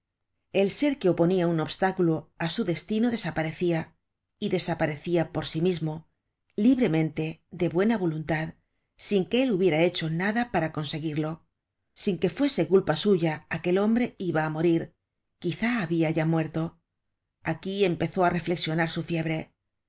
el ser que oponia un obstáculo á su destino desaparecia y desaparecia por sí mismo libremente de buena voluntad sin que él hubiera hecho nada para conseguirlo sin que fuese culpa suya aquel hombre iba á morir quizá habia ya muerto aquí empezó á reflexionar su fiebre